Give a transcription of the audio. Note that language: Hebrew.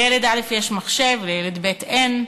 לילד א' יש מחשב, לילד ב' אין,